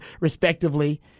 respectively